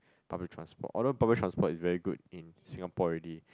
public transport although public transport is very good in Singapore already